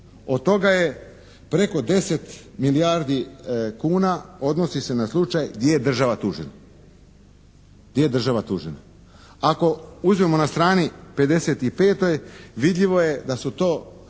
Od toga je preko 10 milijardi kuna odnosi se na slučaj gdje je država tužena, gdje je država tužena. Ako uzmemo na strani 55. vidljivo je da su to,